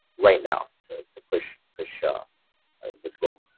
right now to to push push ah ah this goal?